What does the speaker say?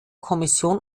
kommission